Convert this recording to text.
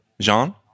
Jean